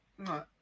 No